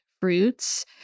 fruits